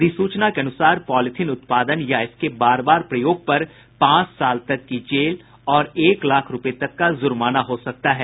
अधिसूचना के अनुसार पॉलिथीन उत्पादन या इसके बार बार प्रयोग पर पांच साल तक की जेल और एक लाख रूपये तक का जुर्माना हो सकता है